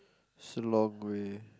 is a long way